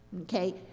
okay